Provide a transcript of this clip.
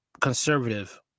conservative